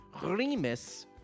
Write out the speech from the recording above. Remus